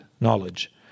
knowledge